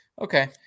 okay